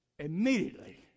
Immediately